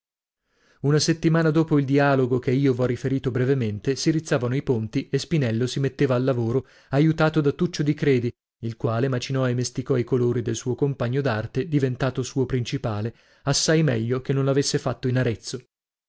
una settimana dopo il dialogo che io v'ho riferito brevemente si rizzavano i ponti e spinello si metteva al lavoro aiutato da tuccio di credi il quale macinò e mesticò i colori del suo compagno d'arte diventato suo principale assai meglio che non avesse fatto in arezzo